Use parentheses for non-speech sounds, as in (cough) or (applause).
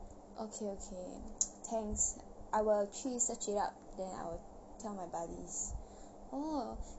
okay okay (noise) thanks I will 去 search it up then I'll tell my buddies orh